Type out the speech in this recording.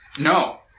no